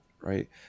Right